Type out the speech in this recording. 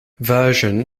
version